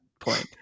point